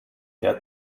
der